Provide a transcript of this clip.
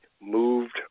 moved